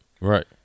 Right